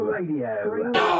Radio